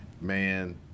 Man